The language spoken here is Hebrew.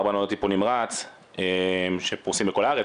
ארבעה ניידות טיפול נמרץ שפרוסים בכל הארץ,